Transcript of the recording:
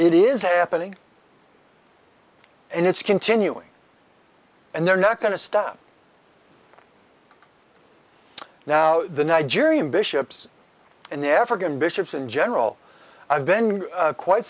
it is happening and it's continuing and they're not going to stop now the nigerian bishops and the african bishops in general i've been quite